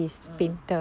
mm